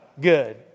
Good